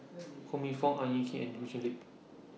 Ho Minfong Ang Hin Kee and Ho Chee Lick